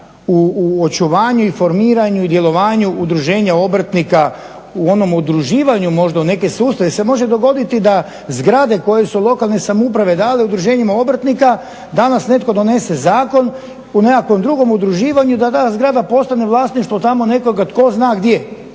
u očuvanju i formiranju i djelovanju udruženja obrtnika u onom udruživanju možda u neke sustavu se može dogoditi da zgrade koje su lokalne samouprave dale udruženjima obrtnika danas netko donese zakon u nekakvom drugom udruživanju da zgrada postane vlasništvo tamo nekoga tko zna gdje,